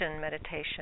meditation